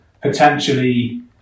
potentially